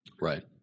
Right